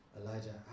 Elijah